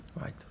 Right